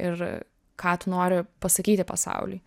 ir ką tu nori pasakyti pasauliui